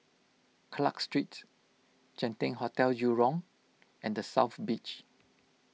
Clarke Street Genting Hotel Jurong and the South Beach